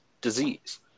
disease